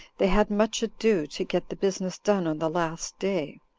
they had much ado to get the business done on the last day.